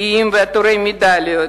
גאים ועטורי מדליות,